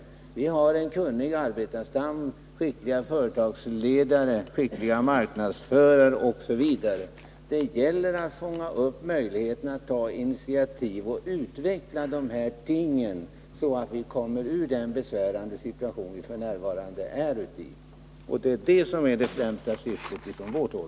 Vi har en kunnig arbetarstam, duktiga företagsledare, skickliga marknadsförare osv. Det gäller att fånga upp möjligheterna att ta initiativ och utveckla verksamheter, så att landet kommer ur den situation som det f. n. befinner sig i. Det är det som från vårt håll är det väsentliga syftet.